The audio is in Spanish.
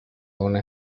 una